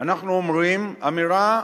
אנחנו אומרים אמירה,